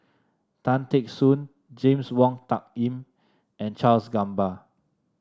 Tan Teck Soon James Wong Tuck Yim and Charles Gamba